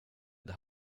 det